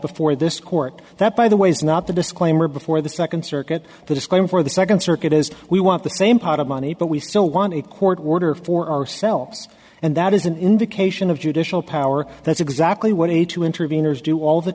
before this court that by the way is not the disclaimer before the second circuit the disclaim for the second circuit is we want the same pot of money but we still want a court order for ourselves and that is an indication of judicial power that's exactly what a two intervenors do all the